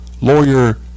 lawyer